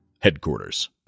Headquarters